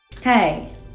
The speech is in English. Hey